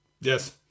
Yes